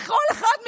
איך כל אחד מכם,